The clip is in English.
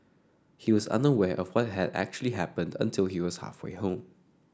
he was unaware of what had actually happened until he was halfway home